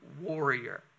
warrior